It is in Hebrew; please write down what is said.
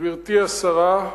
גברתי השרה,